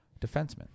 defenseman